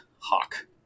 Hawk